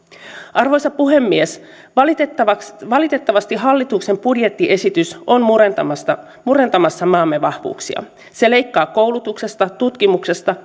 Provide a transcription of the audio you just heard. arvoisa puhemies valitettavasti hallituksen budjettiesitys on murentamassa murentamassa maamme vahvuuksia se leikkaa koulutuksesta tutkimuksesta